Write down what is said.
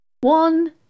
One